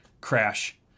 crash